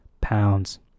pounds